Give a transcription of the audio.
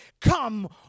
come